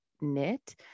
knit